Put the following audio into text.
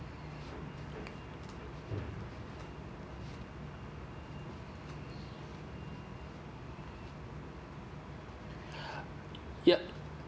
ya